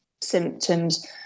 symptoms